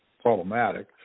problematic